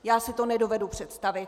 Já si to nedovedu představit.